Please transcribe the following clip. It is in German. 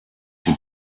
die